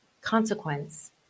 consequence